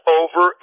over